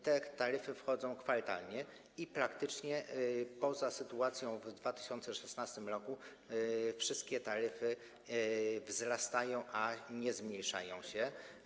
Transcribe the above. Te taryfy wchodzą kwartalnie i praktycznie - poza sytuacją w 2016 r. - wszystkie taryfy wzrastają, a nie zmniejszają się.